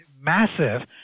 massive